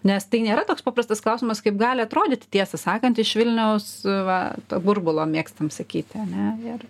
nes tai nėra toks paprastas klausimas kaip gali atrodyti tiesą sakant iš vilniaus va to burbulo mėgstam sakyti ane ir